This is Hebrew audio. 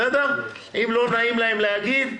אם לא נעים להם להגיד,